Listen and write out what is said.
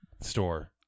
store